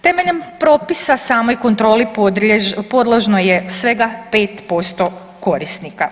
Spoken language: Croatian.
Temeljem propisa samoj kontroli podložno je svega 5% korisnika.